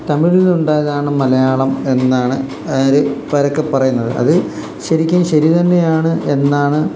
തമിഴിൽ ഉണ്ടായതാണ് മലയാളം എന്നാണ് പരക്കെ പറയുന്നത് അത് ശരിക്കും ശരി തന്നെയാണ് എന്നാണ്